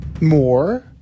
more